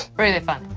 really funny,